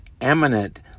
eminent